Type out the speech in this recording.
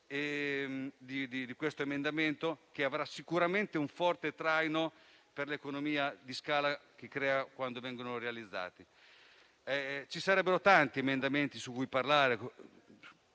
di questo emendamento, che sarà sicuramente un forte traino per l'economia di scala, che si crea quando tali eventi vengono realizzati. Ci sarebbero però tanti emendamenti di cui parlare,